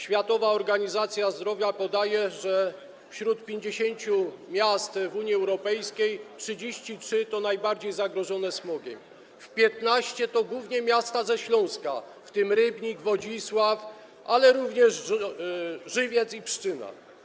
Światowa Organizacja Zdrowia podaje, że wśród 50 miast w Unii Europejskiej 33 to te najbardziej zagrożone smogiem, a 15 to głównie miasta ze Śląska, w tym Rybnik, Wodzisław, ale również Żywiec i Pszczyna.